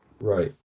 Right